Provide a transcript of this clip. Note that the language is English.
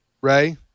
Ray